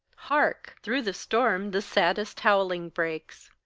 hark! through the storm the saddest howling breaks!